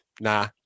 nah